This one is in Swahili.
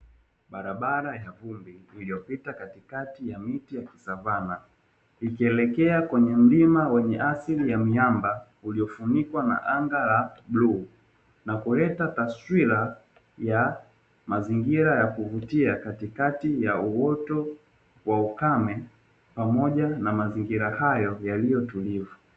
Barabara ya vumbi, iliyopita katikati ya miti ya kisavana, ikielekea kwenye mlima wenye asili ya miamba, uliofunikwa na anga la bluu, na kuleta taswira ya mazingira ya kuvutia katikati ya uoto wa ukame, pamoja na mazingira hayo yaliyo tulivu.